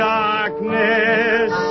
darkness